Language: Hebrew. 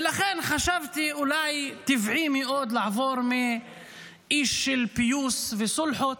ולכן חשבתי: אולי טבעי מאוד לעבור להיות מאיש של פיוס וסולחות